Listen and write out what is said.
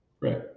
right